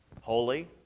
Holy